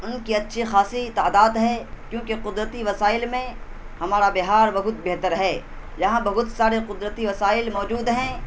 ان کی اچھی خاصی تعدات ہے کیونکہ قدرتی وسائل میں ہمارا بہار بہت بہتر ہے یہاں بہت سارے قدرتی وسائل موجود ہیں